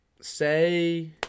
say